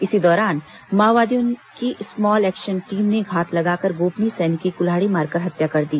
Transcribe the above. इसी दौरान माओवादियों की स्मॉल एक्शन टीम ने घात लगाकर गोपनीय सैनिक की कुल्हाड़ी मारकर हत्या कर दी